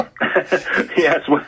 yes